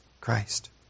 Christ